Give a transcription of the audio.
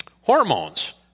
Hormones